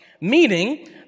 meaning